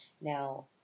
Now